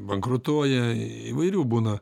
bankrutuoja įvairių būna